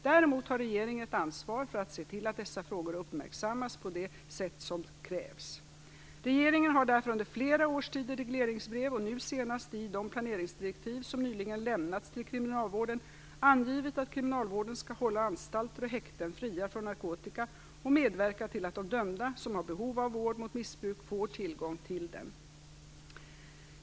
Däremot har regeringen ett ansvar för att se till att dessa frågor uppmärksammas på det sätt som krävs. Regeringen har därför under flera års tid i regleringsbrev och nu senast i de planeringsdirektiv som nyligen lämnats till kriminalvården angivit att kriminalvården skall hålla anstalter och häkten fria från narkotika och medverka till att de dömda som har behov av vård mot missbruk får tillgång till den.